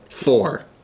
Four